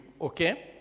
okay